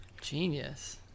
Genius